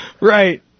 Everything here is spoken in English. Right